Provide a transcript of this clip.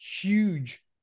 huge